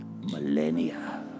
millennia